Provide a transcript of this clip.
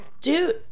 Dude